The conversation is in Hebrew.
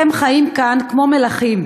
אתם חיים כאן כמו מלכים,